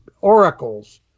oracles